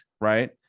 right